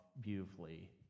beautifully